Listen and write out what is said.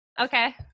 Okay